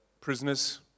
prisoners